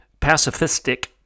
pacifistic